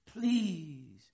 please